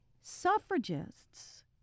suffragists